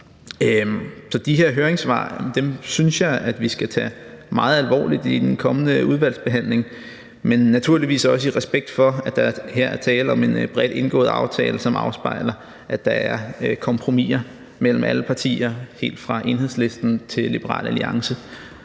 Så de her høringssvar synes jeg at vi skal tage meget alvorligt i den kommende udvalgsbehandling, men naturligvis også gøre det i respekt for, at der her er tale om en bredt indgået aftale, som afspejler, at der er kompromisser mellem alle partier helt fra Enhedslisten til Liberal Alliance.